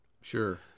Sure